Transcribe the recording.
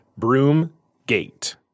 Broomgate